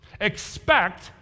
Expect